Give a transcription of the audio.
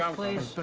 um please?